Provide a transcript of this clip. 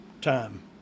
time